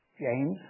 James